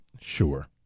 Sure